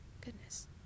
Goodness